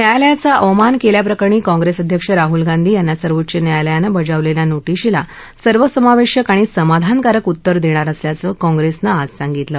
न्यायालयाचा अवमान कल्याप्रकरणी काँग्रस अध्यक्ष राहुल गांधी यांना सर्वोच्च न्यायालयानं बजावलल्खा नोटिशीला सर्वसमावध्क आणि समाधानकारक उत्तर दग्गिर असल्याचं काँग्रस्तीं आज सांगितलं